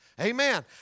Amen